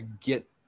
get